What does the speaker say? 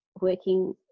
working